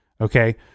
Okay